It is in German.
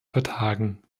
vertagen